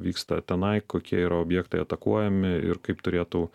vyksta tenai kokie yra objektai atakuojami ir kaip turėtų